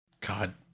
god